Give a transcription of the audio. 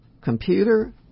computer